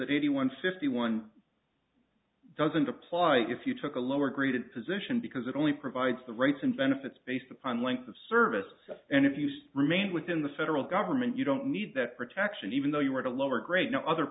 eighty one fifty one doesn't apply if you took a lower graded position because it only provides the rates and benefits based upon length of service and if you use remained within the federal government you don't need that protection even though you were at a lower grade no other